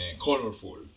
Colorful